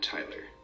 Tyler